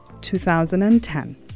2010